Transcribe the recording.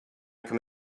come